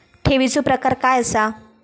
ठेवीचो प्रकार काय असा?